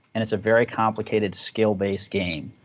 and it's a very complicated, skill-based game.